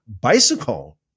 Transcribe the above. bicycle